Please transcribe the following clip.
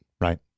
right